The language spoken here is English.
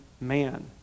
man